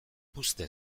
puzte